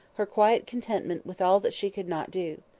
her quiet contentment with all that she could not do.